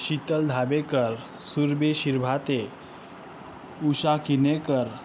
Sheetal Dhabekar Surabhi Shirbhate Usha Kinekar